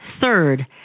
Third